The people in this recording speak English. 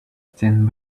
stands